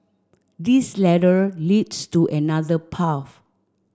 this ladder leads to another path